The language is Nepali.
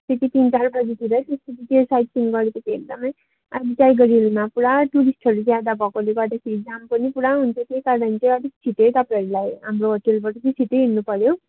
त्यति तिन चार बजीतिर निस्के पछि साइट सिइन गरे पछि एकदम टाइगर हिलमा पुरा टुरिस्टहरू ज्यादा भएकोले गर्दाखेरि जाम पनि पुरा हुन्छ त्यही कारण चाहिँ अलिक छिटै तपाईँहरूलाई हाम्रो होटेलबाट चाहिँ छिटै हिँड्नु पर्यो